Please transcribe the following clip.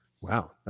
wow